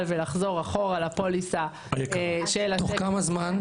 ולחזור אחורה לפוליסה של --- תוך כמה זמן?